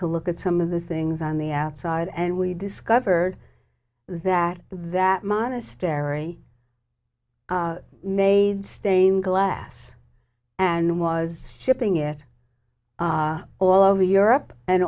to look at some of the things on the outside and we discovered that that monastery made stained glass and was shipping it all over europe and